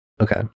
Okay